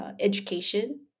education